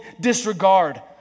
disregard